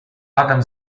adam